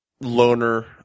loner